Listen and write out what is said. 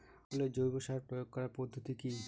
ফসলে জৈব সার প্রয়োগ করার পদ্ধতি কি?